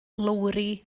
lowri